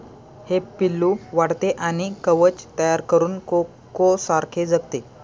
हे पिल्लू वाढते आणि कवच तयार करून कोकोसारखे जगते